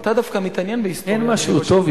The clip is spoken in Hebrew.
אתה דווקא מתעניין בהיסטוריה, אדוני ראש הממשלה.